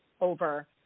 over